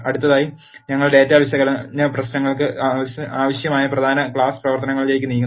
അടുത്തതായി ഞങ്ങൾ ഡാറ്റാ വിശകലന പ്രശ്നങ്ങൾക്ക് ആവശ്യമായ പ്രധാന ക്ലാസ് പ്രവർത്തനങ്ങളിലേക്ക് നീങ്ങുന്നു